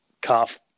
calf